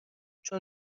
چون